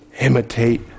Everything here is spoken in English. imitate